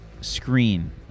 screen